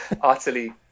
utterly